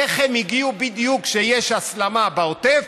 איך הם הגיעו בדיוק כשיש הסלמה בעוטף